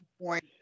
point